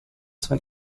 zwei